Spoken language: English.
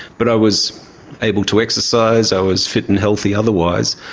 but i was able to exercise. i was fit and healthy otherwise.